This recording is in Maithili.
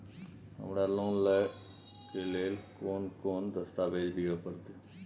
हमरा लोन लय के लेल केना कोन दस्तावेज दिए परतै?